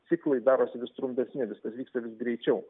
ciklai darosi vis trumpesni viskas vyksta vis greičiau